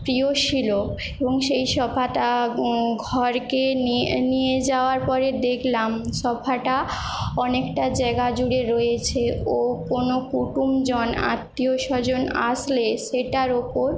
প্রিয় ছিল এবং সেই সোফাটা ঘরকে নিয়ে নিয়ে নিয়ে যাওয়ার পরে দেখলাম সোফাটা অনেকটা জায়গা জুড়ে রয়েছে ও কোনো কুটুমজন আত্মীয়স্বজন আসলে সেটার ওপর